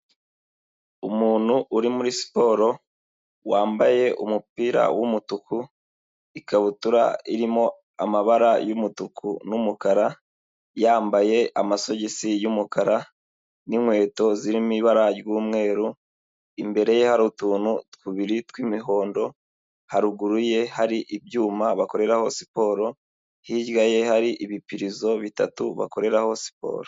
Umuntu uri muri siporo, wambaye umupira w'umutuku, ikabutura irimo amabara y'umutuku n'umukara, yambaye amasogisi y'umukara n'inkweto zirimo ibara ry'umweru. Imbere ye hari utuntu tubiri tw'imihondo, haruguru ye hari ibyuma bakoreraho siporo, hirya ye hari ibipirizo bitatu bakoreraho siporo.